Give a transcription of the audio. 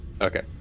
okay